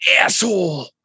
asshole